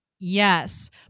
Yes